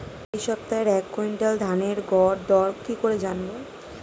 এই সপ্তাহের এক কুইন্টাল ধানের গর দর কত কি করে জানবো?